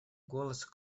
голос